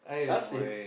!huh! same